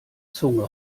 zunge